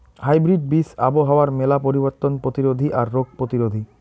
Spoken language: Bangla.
হাইব্রিড বীজ আবহাওয়ার মেলা পরিবর্তন প্রতিরোধী আর রোগ প্রতিরোধী